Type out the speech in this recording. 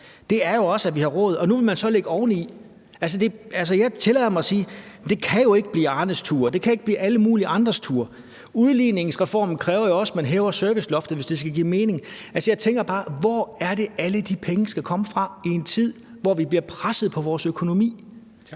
for, er også, at vi har råd til det. Jeg tillader mig at sige, at det jo ikke kan blive Arnes tur, og at det ikke kan blive alle mulige andres tur. Udligningsreformen kræver også, at man hæver serviceloftet, hvis det skal give mening. Jeg tænker bare: Hvor er det, alle de penge skal komme fra i en tid, hvor vi bliver presset på vores økonomi?